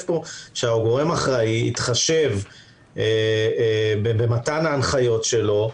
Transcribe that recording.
פה שהגורם האחראי יתחשב במתן ההנחיות שלו,